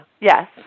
yes